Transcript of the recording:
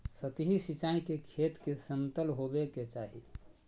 सतही सिंचाई के खेत के समतल होवे के चाही